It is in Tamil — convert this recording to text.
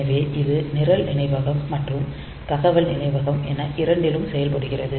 எனவே இது நிரல் நினைவகம் மற்றும் தகவல் நினைவகம் என இரண்டிலும் செயல்படுகிறது